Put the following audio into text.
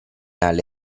alle